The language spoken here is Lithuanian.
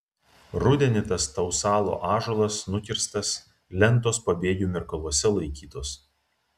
rudenį tas tausalo ąžuolas nukirstas lentos pabėgių mirkaluose laikytos